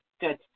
good